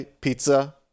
pizza